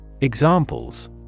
Examples